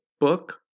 book